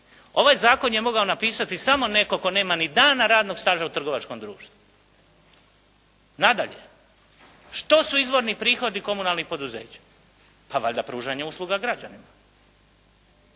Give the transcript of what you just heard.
Ovaj zakon je mogao napisati samo netko tko nema niti dana radnog staža u trgovačkom društvu. Nadalje, što su izvorni prihodi komunalnih poduzeća? Pa valja pružanje usluga građanima?